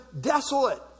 desolate